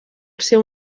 seu